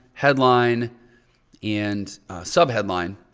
headline and sub-headline.